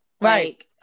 Right